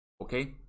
Okay